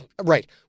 Right